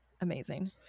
Amazing